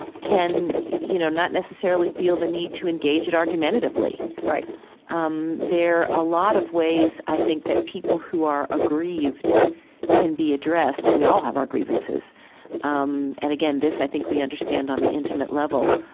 can you know not necessarily feel the need to engage it argumentatively right um there are a lot of ways, i think, that people who are aggrieved can be addressed. we all have our grievances um and, again, this i think we understand on the intimate level.